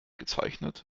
gezeichnet